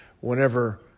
whenever